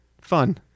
fun